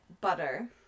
Butter